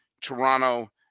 Toronto